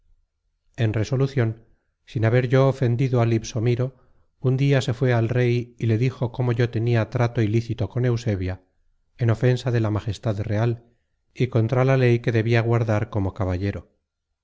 en resolucion sin haber yo ofendido á libsomiro un dia se fué al rey y le dijo cómo yo tenia trato ilícito con eusebia en ofensa de la majestad real y contra la ley que debia guardar como caballero